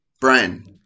Brian